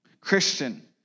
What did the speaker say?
Christian